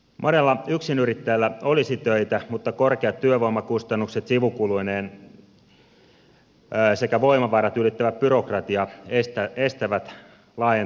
monella yksinyrittäjällä olisi töitä mutta korkeat työvoi makustannukset sivukuluineen sekä voimavarat ylittävä byrokratia estävät laajentumishalut